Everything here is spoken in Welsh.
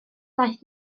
daeth